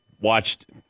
watched